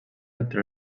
entre